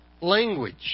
language